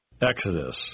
exodus